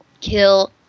kill